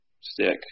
stick